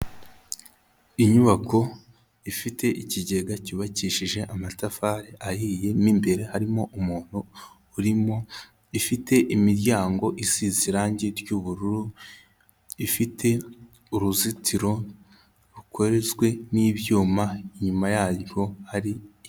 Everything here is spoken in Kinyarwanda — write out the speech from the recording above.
Inyubako ifite ikigega cyubakishije amatafari ahiye mo mbere harimo umuntu urimo, ifite imiryango isize irangi ry'ubururu, ifite uruzitiro rukozwe n'ibyuma inyuma yaryo hari.